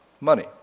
money